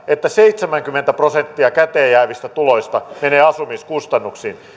että seitsemänkymmentä prosenttia käteenjäävistä tuloista menee asumiskustannuksiin